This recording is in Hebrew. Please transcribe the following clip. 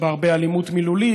יש בה הרבה אלימות מילולית,